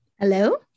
Hello